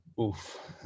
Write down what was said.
Oof